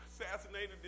assassinated